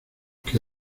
que